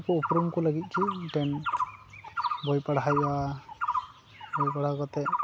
ᱩᱯᱨᱩᱢ ᱠᱚ ᱞᱟᱹᱜᱤᱫ ᱜᱮ ᱢᱤᱫᱴᱮᱱ ᱵᱳᱭ ᱯᱟᱲᱦᱟᱭᱟ ᱦᱩᱭᱩᱜᱼᱟ ᱵᱳᱭ ᱯᱟᱲᱦᱟᱣ ᱠᱟᱛᱮᱫ